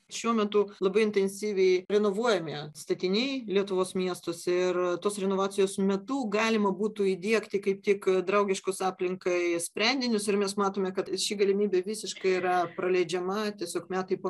šiuo metu labai intensyviai renovuojami statiniai lietuvos miestuose ir tos renovacijos metu galima būtų įdiegti kaip tik draugiškus aplinkai sprendinius ir mes matome kad ši galimybė visiškai yra praleidžiama tiesiog metai po